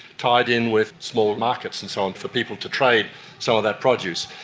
tied in with small markets and so on for people to trade some of that produce.